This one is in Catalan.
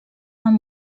amb